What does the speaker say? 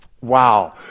Wow